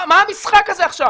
מה המשחק הזה עכשיו?